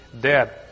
dead